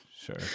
sure